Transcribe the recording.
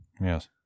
Yes